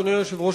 אדוני היושב-ראש,